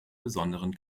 besonderen